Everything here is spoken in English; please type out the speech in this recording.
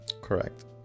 correct